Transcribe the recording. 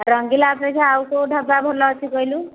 ରଙ୍ଗିଲା ଅପେକ୍ଷା ଆଉ କେଉଁ ଢାବା ଭଲ ଅଛି କହିଲୁ